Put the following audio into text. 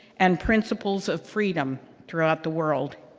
and principles of freedom throughout the world.